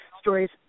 stories